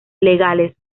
legales